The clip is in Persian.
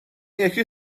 یکی